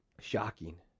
shocking